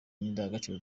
n’indangagaciro